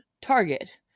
target